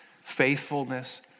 faithfulness